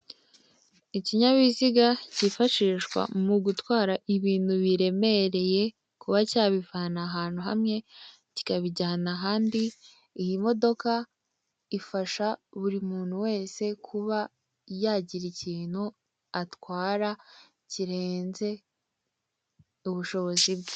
Ikinyabiziga kifashishwa mu gutwara ibintu biremereye, kuba cyabivana ahantu hamwe kikabijyana ahandi. Iyi modoka ifasha buri muntu wese kuba yagira ikintu atwara, kirenze ubushobozi bwe.